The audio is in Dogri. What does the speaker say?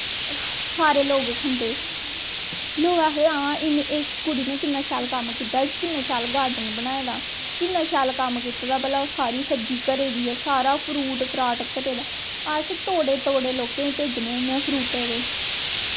सारे लोग खंदे लोग आखदे हा इस कुड़ी नै किन्ना शैल कम्म कीता इस किन्ना शैल गार्डन बनाए दा किन्ना शैल कम्म कीते दा भला सारी सब्जी घरे दी सारा फ्रूट फ्राट घरे दा ऐ अस तोड़े तोड़े लोकेंई भेजने होन्ने फ्रूटें दे